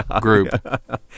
group